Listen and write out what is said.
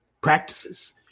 practices